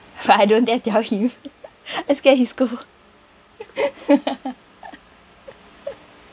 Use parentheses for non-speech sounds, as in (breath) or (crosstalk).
but I don't dare tell him (laughs) (breath) I scared he scold (laughs) (breath)